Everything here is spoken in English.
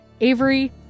Avery